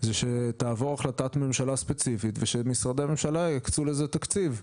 זה שתעבור החלטת ממשלה ספציפית ושמשרדי הממשלה יקצו לזה תקציב.